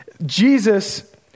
Jesus